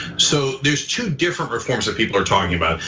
so there's two different reforms that people are talking about.